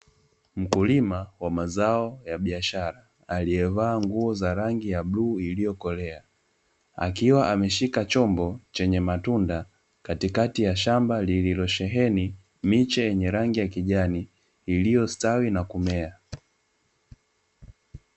Mkulima wa mazao ya biashara, aliyevaa nguo za rangi ya bluu iliyokolea, akiwa ameshika chombo chenye matunda katikati ya shamba lililosheheni miche yenye rangi ya kijani, iliyositawi na kumea.